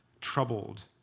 troubled